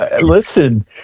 listen